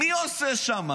מי עושה שם?